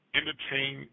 entertain